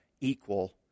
equal